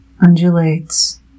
undulates